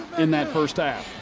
in that first half.